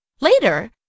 Later